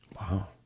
Wow